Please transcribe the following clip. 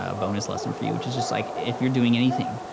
ah bonus lesson for you, which is just like, if you're doing anything,